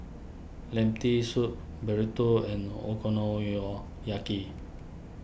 Lentil Soup Burrito and